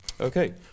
Okay